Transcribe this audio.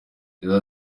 yagize